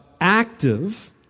active